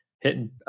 hitting